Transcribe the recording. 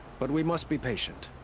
but we must be patient.